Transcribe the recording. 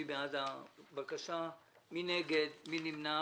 מי בעד הבקשה, מי נגד, מי נמנע?